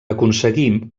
aconseguir